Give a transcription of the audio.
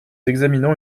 examinons